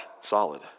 solid